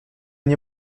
nie